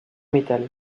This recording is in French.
metal